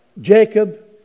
Jacob